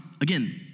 again